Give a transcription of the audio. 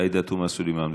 עאידה תומא סלימאן.